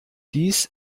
dies